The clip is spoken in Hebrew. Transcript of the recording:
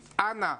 אנא,